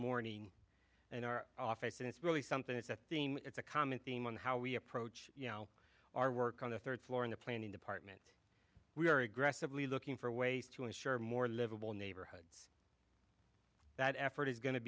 morning in our office and it's really something it's a theme it's a common theme on how we approach our work on the third floor in the planning department we are aggressively looking for ways to ensure more livable neighborhoods that effort is going to